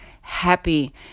happy